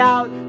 Out